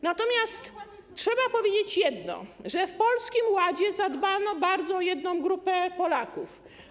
Natomiast trzeba powiedzieć jedno: w Polskim Ładzie zadbano bardzo o jedną grupę Polaków.